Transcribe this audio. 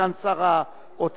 סגן שר האוצר,